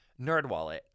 NerdWallet